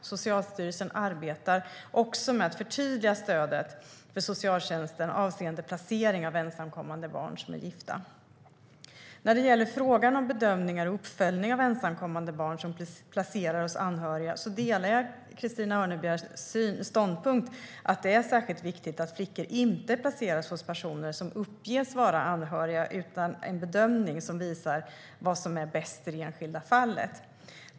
Socialstyrelsen arbetar också med att förtydliga stödet för socialtjänsten avseende placering av ensamkommande barn som är gifta. När det gäller frågan om bedömningar och uppföljningar av ensamkommande barn som placeras hos anhöriga delar jag Christina Örnebjärs ståndpunkt att det är särskilt viktigt att flickor inte placeras hos personer som uppges vara anhöriga utan att det görs en bedömning som visar att det är bäst i det enskilda fallet.